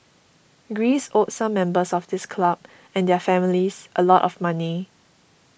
Greece owed some members of this club and their families a lot of money